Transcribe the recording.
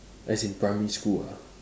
as in primary school ah